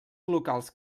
locals